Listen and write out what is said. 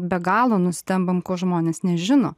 be galo nustembam kai žmonės nežino